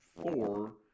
four